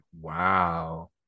wow